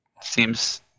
seems